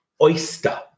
oyster